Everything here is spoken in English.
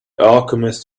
alchemist